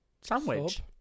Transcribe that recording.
sandwich